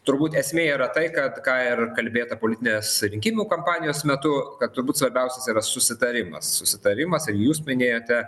turbūt esmė yra tai kad ką ir kalbėta politinės rinkimų kampanijos metu kad turbūt svarbiausias yra susitarimas susitarimas ir jūs minėjote